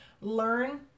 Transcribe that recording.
Learn